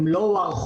הם לא הוארכו,